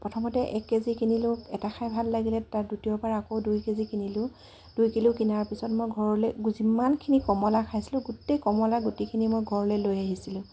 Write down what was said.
প্ৰথমতে এক কেজি কিনিলোঁ এটা খাই ভাল লাগিলে তাৰ দ্বিতীয়বাৰ আকৌ দুই কেজি কিনিলোঁ দুই কিলো কিনাৰ পিছত মই ঘৰলৈ যিমানখিনি কমলা খাইছিলোঁ গোটেই কমলা গুটিখিনি মই ঘৰলৈ লৈ আহিছিলোঁ